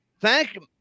Thank